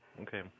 Okay